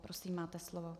Prosím, máte slovo.